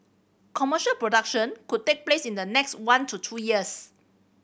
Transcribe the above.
commercial production could take place in the next one to two years